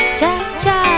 Cha-cha